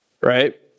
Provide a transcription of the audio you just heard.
Right